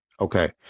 Okay